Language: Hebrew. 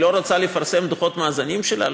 היא לא רוצה לפרסם דוחות מאזנים שלה,